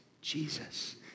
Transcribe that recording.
Jesus